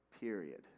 Period